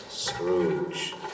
Scrooge